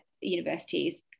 universities